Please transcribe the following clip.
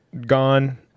gone